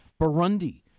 Burundi